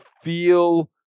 feel